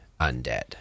undead